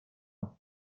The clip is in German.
hatte